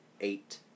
eight